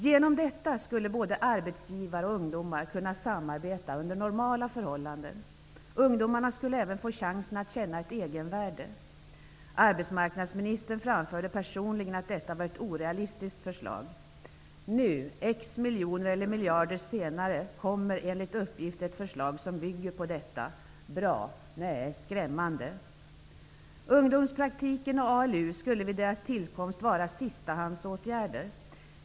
På detta sätt skulle arbetsgivare och ungdomar kunna samarbeta under normala förhållanden. Ungdomarna skulle få chansen att känna ett egenvärde. Arbetsmarknadsministern framförde personligen att det var ett orealistiskt förslag. Nu, efter X miljoner eller miljarder kronor, kommer enligt uppgift ett förslag som bygger på Ny demokratis förslag. Är det bra? Nej, det är skrämmande. Ungdomspraktiken och ALU var tänkta att vara sistahandsåtgärder.